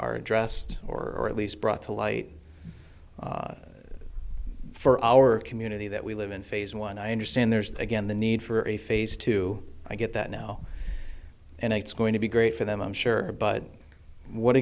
are addressed or at least brought to light for our community that we live in phase one i understand there's again the need for a phase two i get that now and it's going to be great for them i'm sure but what